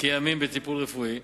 כימים בטיפול רפואי,